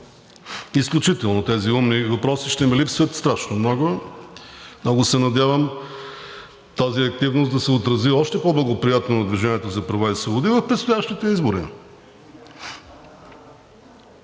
ми липсват. Тези умни въпроси ще ми липсват страшно много. Много се надявам тази активност да се отрази още по-благоприятно на „Движение за права и свободи“ в предстоящите избори.